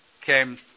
came